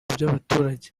by’abaturage